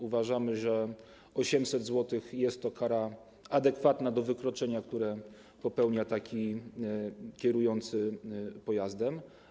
Uważamy, że 800 zł to jest kara adekwatna do wykroczenia, które popełnia taki kierujący pojazdem.